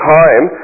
time